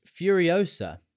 Furiosa